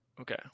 Okay